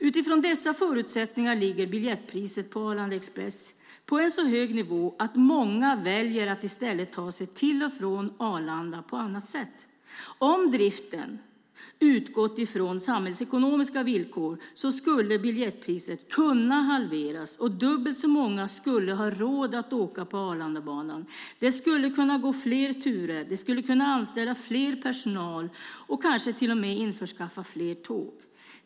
Utifrån dessa förutsättningar ligger biljettpriset på Arlanda Express på en så hög nivå att många väljer att i stället ta sig till och från Arlanda på annat sätt. Om driften utgått från samhällsekonomiska villkor skulle biljettpriset kunna halveras, och dubbelt så många skulle ha råd att åka på Arlandabanan. Det skulle kunna gå fler turer. De skulle kunna anställa mer personal och kanske till och med införskaffa fler tåg.